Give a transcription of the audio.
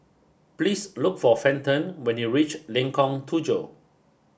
please look for Fenton when you reach Lengkong Tujuh